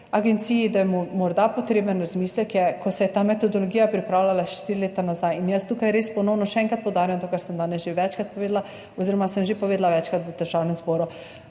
agenciji, da je morda potreben razmislek, ko se je ta metodologija pripravljala štiri leta nazaj, in jaz tukaj res ponovno, še enkrat poudarjam to, kar sem danes že večkrat povedala oziroma sem že povedala večkrat v Državnem zboru,